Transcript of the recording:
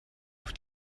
auf